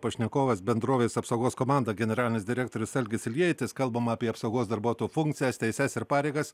pašnekovas bendrovės apsaugos komanda generalinis direktorius algis iljeitis kalbam apie apsaugos darbuotojo funkcijas teises ir pareigas